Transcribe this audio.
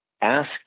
asked